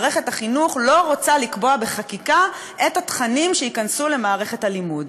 מערכת החינוך לא רוצה לקבוע בחקיקה את התכנים שייכנסו למערכת הלימוד.